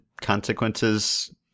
consequences